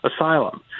asylum